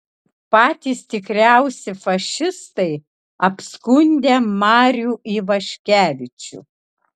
patys tikriausi fašistai apskundę marių ivaškevičių